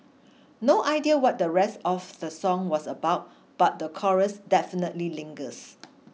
no idea what the rest of the song was about but the chorus definitely lingers